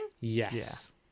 Yes